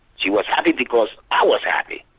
she was happy because i was happy.